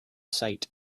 cite